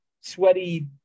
sweaty